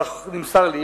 כך נמסר לי,